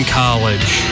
college